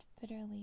bitterly